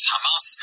Hamas